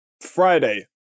Friday